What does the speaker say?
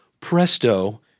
presto